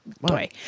boy